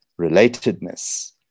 relatedness